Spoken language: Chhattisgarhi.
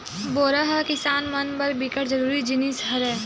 बोरा ह किसान मन बर बिकट जरूरी जिनिस हरय